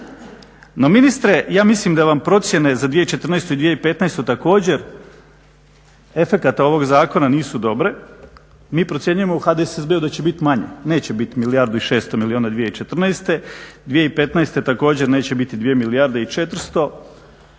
No ministre, ja mislim da vam procjene za 2014. i 2015. također efekata ovog zakona nisu dobre. Mi procjenjujemo u HDSSB-u da će biti manje, neće biti milijardu i 600 milijuna 2014., 2015. također neće biti 2 milijarde i 400 jer